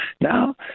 Now